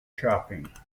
shopping